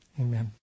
Amen